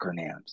acronyms